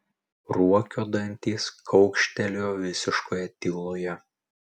ruokio dantys kaukštelėjo visiškoje tyloje